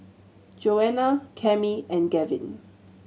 Joanna Cami and Gavin